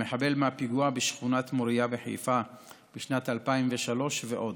המחבל מהפיגוע בשכונת מוריה בחיפה בשנת 2003 ועוד.